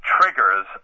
triggers